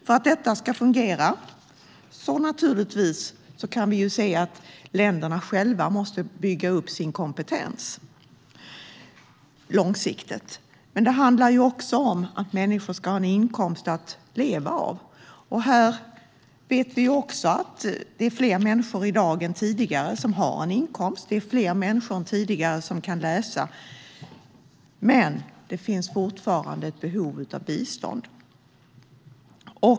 För att detta ska fungera måste naturligtvis länderna själva bygga upp sin kompetens långsiktigt. Men det handlar också om att människor ska ha en inkomst att leva av. Här vet vi också att det är fler människor i dag än tidigare som har en inkomst. Det är fler människor än tidigare som kan läsa. Men det finns fortfarande ett behov av bistånd.